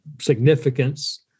significance